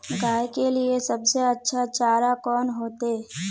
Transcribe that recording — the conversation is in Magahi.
गाय के लिए सबसे अच्छा चारा कौन होते?